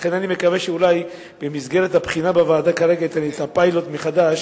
לכן אני מקווה שאולי במסגרת הבחינה בוועדה כרגע את הפיילוט מחדש